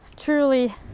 truly